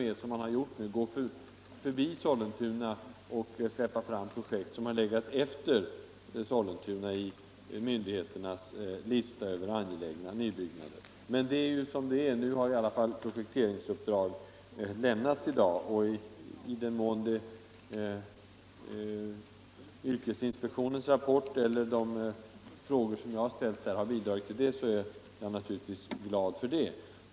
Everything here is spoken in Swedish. — så som man har gjort nu — gå förbi Sollentuna och släppa fram projekt som legat efter Sollentuna på myndigheternas lista över angelägna nybyggnader. — Men det är som det är med den saken. Nu har i alla fall projekteringsuppdrag lämnats i dag, och om och i den mån yrkesinspektionens rapport eller de frågor som jag har ställt här har kunnat bidra till det är jag naturligtvis glad.